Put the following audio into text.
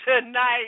tonight